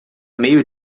meio